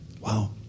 Wow